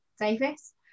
Davis